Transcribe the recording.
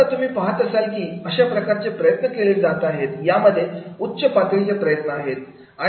आता तुम्ही पाहत असाल की अशा प्रकारचे प्रयत्न केले जात आहेत यामध्ये उच्च पातळीचे प्रयत्न आहेत